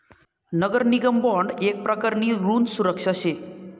नगर निगम बॉन्ड येक प्रकारनी ऋण सुरक्षा शे